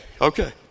Okay